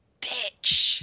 bitch